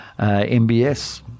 MBS